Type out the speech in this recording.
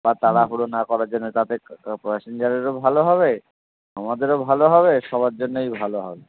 বা তাড়াহুড়ো না করার জন্য তাতে প্যাসেঞ্জারেরও ভালো হবে আমাদেরও ভালো হবে সবার জন্যেই ভালো হবে